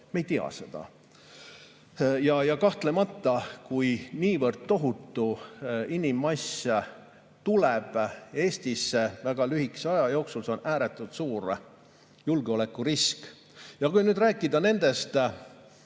Me ei tea seda. Kahtlemata, kui niivõrd tohutu inimmass tuleb Eestisse väga lühikese aja jooksul, on see ääretult suur julgeolekurisk. Kui rääkida nendest